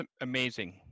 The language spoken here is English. amazing